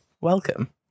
Welcome